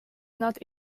not